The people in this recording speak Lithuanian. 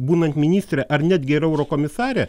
būnant ministre ar netgi ir eurokomisare